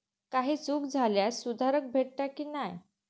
काही चूक झाल्यास सुधारक भेटता की नाय?